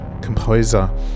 composer